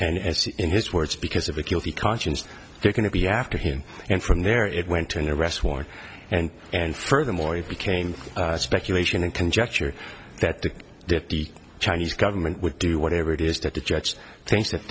and in his words because of a guilty conscience they're going to be after him and from there it went to an arrest warrant and and furthermore it became speculation and conjecture that the that the chinese government would do whatever it is that the judge thinks that